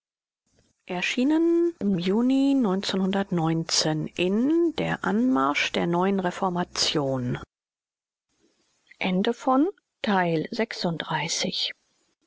im juni in der anmarsch der neuen reformation